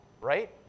Right